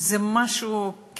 זה משהו,